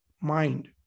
mind